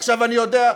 אני יודע,